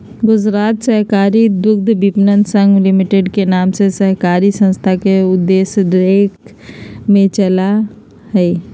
गुजरात सहकारी दुग्धविपणन संघ लिमिटेड नाम के सहकारी संस्था के देख रेख में चला हइ